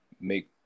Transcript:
make